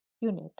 unit